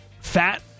fat